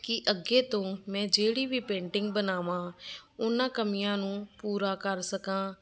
ਕਿ ਅੱਗੇ ਤੋਂ ਮੈਂ ਜਿਹੜੀ ਵੀ ਪੇਂਟਿੰਗ ਬਣਾਵਾਂ ਉਹਨਾਂ ਕਮੀਆਂ ਨੂੰ ਪੂਰਾ ਕਰ ਸਕਾਂ